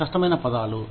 చాలా కష్టమైన పదాలు